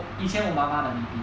以前 obama 的 V_P